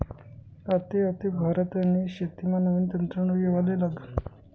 आते आते भारतनी शेतीमा नवीन तंत्रज्ञान येवाले लागनं